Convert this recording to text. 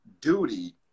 duty